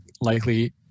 likely